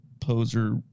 poser